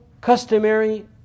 customary